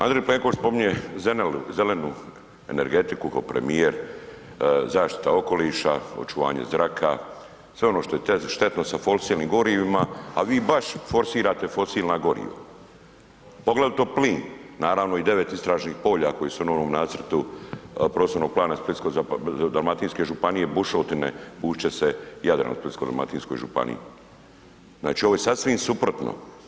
Andrej Plenković spominje zelenu energetiku ko premijer, zašita okoliša, očuvanje zraka, sve ono što je štetno sa fosilnim gorivima, a vi baš forsirate fosilna goriva, poglavito plin, naravno i 9 istražnih polja koja su u novom Nacrtu prostornog plana Splitsko-dalmatinske županije bušotine, bušit će se Jadran u Splitsko-dalmatinskoj županiji, znači ovo je sasvim suprotno.